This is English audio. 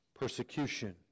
persecution